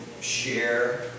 share